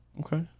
Okay